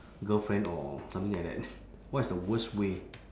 girlfriend or something like that what is the worst way